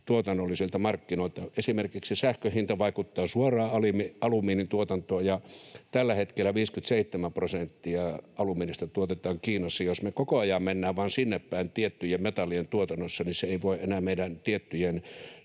tuotannollisilta markkinoilta. Esimerkiksi sähkön hinta vaikuttaa suoraan alumiinin tuotantoon, ja tällä hetkellä 57 prosenttia alumiinista tuotetaan Kiinassa. Jos me koko ajan mennään vaan sinne päin tiettyjen metallien tuotannossa, niin se ei voi enää meidän tiettyjen